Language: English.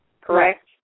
Correct